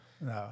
No